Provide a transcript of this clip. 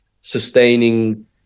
sustaining